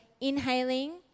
inhaling